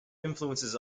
influences